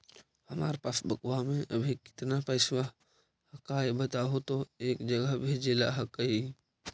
हमार पासबुकवा में अभी कितना पैसावा हक्काई बताहु तो एक जगह भेजेला हक्कई?